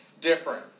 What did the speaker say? different